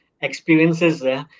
experiences